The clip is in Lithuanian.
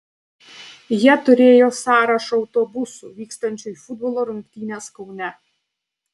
jie turėjo sąrašą autobusų vykstančių į futbolo rungtynes kaune